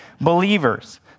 believers